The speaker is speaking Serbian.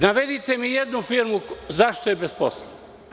Navedite mi jednu firmu zašto je bez posla.